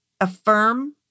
affirm